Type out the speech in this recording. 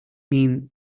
mean